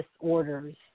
disorders